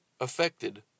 affected